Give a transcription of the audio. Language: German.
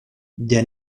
der